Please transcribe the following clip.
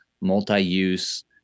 multi-use